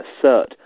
assert